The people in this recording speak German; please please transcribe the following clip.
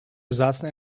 besaßen